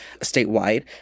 statewide